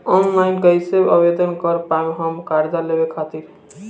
Online कइसे आवेदन कर पाएम हम कर्जा लेवे खातिर?